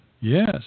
Yes